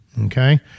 Okay